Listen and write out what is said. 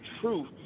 truth